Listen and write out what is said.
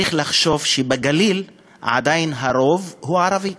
צריך לחשוב שבגליל עדיין הרוב הוא ערבי.